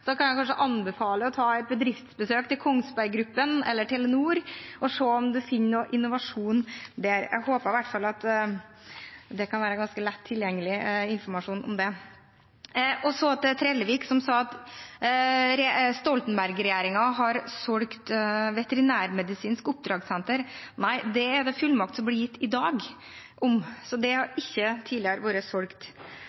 Da kan jeg anbefale å ta et bedriftsbesøk hos Kongsberg Gruppen eller Telenor og se om en finner noe innovasjon der. Jeg håper i hvert fall at det kan være ganske lett tilgjengelig informasjon om dette. Så til Trellevik, som sa at Stoltenberg-regjeringen har solgt Veterinærmedisinsk Oppdragssenter: Nei, det er den fullmakten som vil bli gitt i dag, så det har ikke tidligere vært solgt.